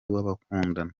w’abakundana